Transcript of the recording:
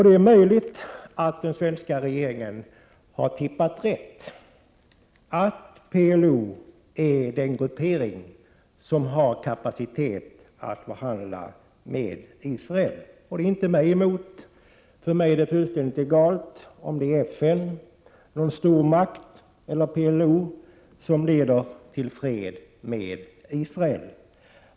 Det är möjligt att den svenska regeringen har tippat rätt när den menar att PLO är den part som har kapacitet att förhandla med Israel: Det är inte mig emot — för mig är det fullständigt egalt om det är FN, någon stormakt eller PLO som hjälper fram en fred med Israel.